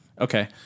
Okay